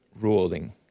ruling